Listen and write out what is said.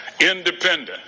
Independent